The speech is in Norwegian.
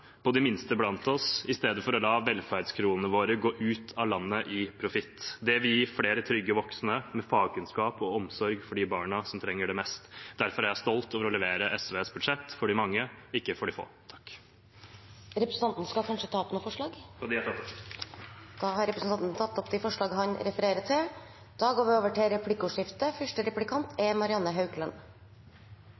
bruke de store summene på de minste blant oss i stedet for å la velferdskronene våre gå ut av landet i profitt. Det vil gi flere trygge voksne med fagkunnskap og omsorg for de barna som trenger det mest. Derfor er jeg stolt over å levere SVs budsjett for de mange, ikke for de få. Vil representanten ta opp forslag? De er herved tatt opp. Representanten Freddy André Øvstegård har tatt opp de forslagene han refererte til. Det blir replikkordskifte.